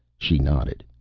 she nodded.